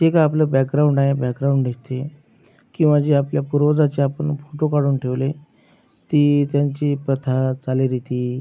जे काही आपलं बॅकग्राऊंड आहे बॅकग्राऊंड दिसते किंवा जे आपल्या पूर्वजाचे आपण फोटो काढून ठेवले ती त्यांची प्रथा चालीरीती